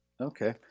Okay